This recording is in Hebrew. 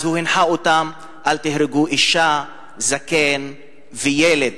הוא הנחה אותם: אל תהרגו אשה, זקן וילד.